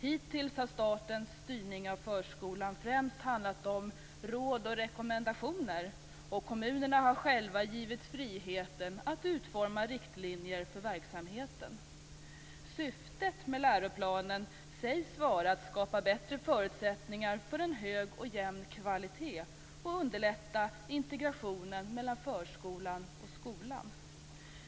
Hittills har statens styrning av förskolan främst handlat om råd och rekommendationer; kommunerna har själva givits friheten att utforma riktlinjer för verksamheten. Syftet med läroplanen sägs vara att skapa bättre förutsättningar för en hög och jämn kvalitet och underlätta integrationen mellan förskolan och skolan.